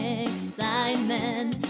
excitement